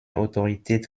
autorität